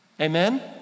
Amen